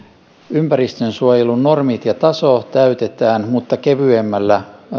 ympäristönsuojelun normit ja taso täytetään mutta kevyemmällä